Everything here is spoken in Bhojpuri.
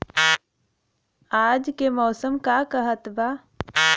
आज क मौसम का कहत बा?